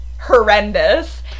horrendous